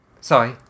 Sorry